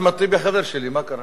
אחמד טיבי חבר שלי, מה קרה?